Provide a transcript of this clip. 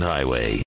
Highway